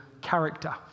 character